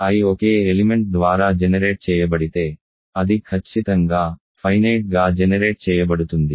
I ఒకే element ద్వారా generate చేయబడితే అది ఖచ్చితంగా ఫైనేట్ గా జెనెరేట్ చేయబడుతుంది